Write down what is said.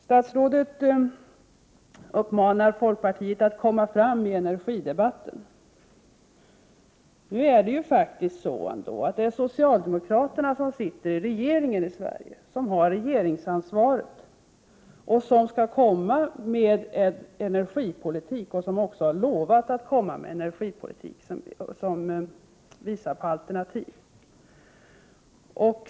Statsrådet uppmanar folkpartiet att komma fram med energidebatten. Nu är det ju socialdemokraterna som har regeringsansvaret i Sverige och skall, och har också lovat, att komma med en energipolitik som visar på alternativ.